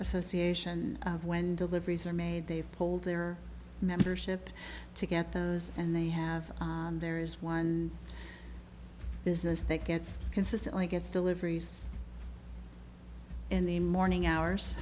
association when deliveries are made they've pulled their membership to get those and they have there is one business that gets consistently gets deliveries in the morning hours